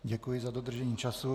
Děkuji za dodržení času.